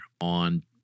on